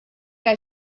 que